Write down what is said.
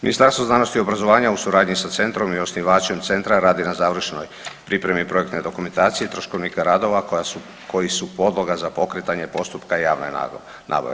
Ministarstvo znanosti i obrazovanja u suradnji sa Centrom i osnivačem Centra radi na završnoj pripremi projektne dokumentacije, troškovnika radova koji su podloga za pokretanje postupka javne nabave.